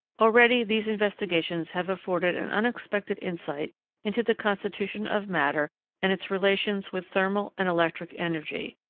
already, these investigations have afforded an unexpected insight into the constitution of matter and its relations with thermal and electric energy,